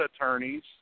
attorneys